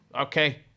Okay